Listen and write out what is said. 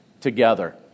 together